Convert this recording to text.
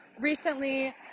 recently